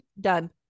done